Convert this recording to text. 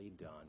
done